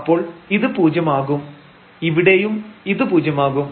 അപ്പോൾ ഇത് പൂജ്യം ആകും ഇവിടെയും ഇത് പൂജ്യം ആകും